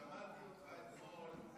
שמעתי אותך אתמול,